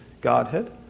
Godhead